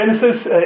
Genesis